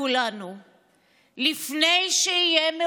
הסיפור הראשון הוא סיפור שאולי יהיה יותר